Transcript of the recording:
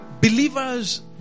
believers